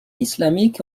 islamiques